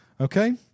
Okay